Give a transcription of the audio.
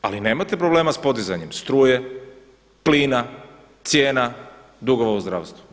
Ali nemate problema sa podizanjem struje, plina, cijena, dugova u zdravstvu.